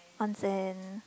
onsen